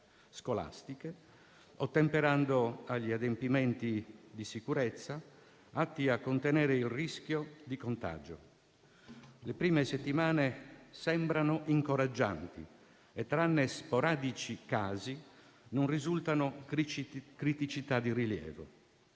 scolastiche, ottemperando agli adempimenti di sicurezza atti a contenere il rischio di contagio. Le prime settimane sembrano incoraggianti e, tranne sporadici casi, non risultano criticità di rilievo.